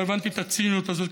לא הבנתי את הציניות הזאת,